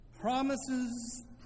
Promises